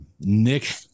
Nick